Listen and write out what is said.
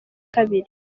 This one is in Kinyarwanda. kabiri